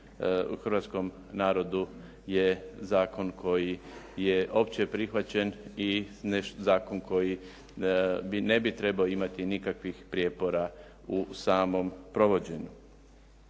hrvatskom narodu je zakon koji je opće prihvaćen i zakon koji ne bi trebao imati nikakvih prijepora u samom provođenju.